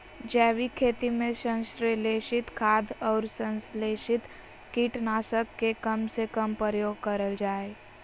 जैविक खेती में संश्लेषित खाद, अउर संस्लेषित कीट नाशक के कम से कम प्रयोग करल जा हई